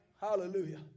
Hallelujah